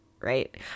right